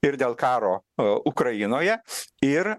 ir dėl karo ukrainoje ir